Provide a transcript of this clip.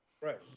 Right